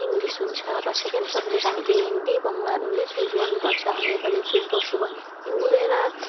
English हुन्छ र second subject हामीले हिन्दी बङ्गलाहरू नै चुज गर्नुपर्छ नेपाली चुज गर्छु भन्दाखेरि हुँदैन